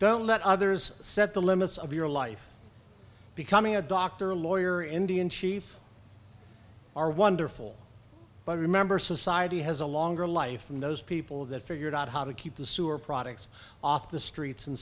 don't let others set the limits of your life becoming a doctor or lawyer indian chief are wonderful but remember society has a longer life from those people that figured out how to keep the sewer products off the streets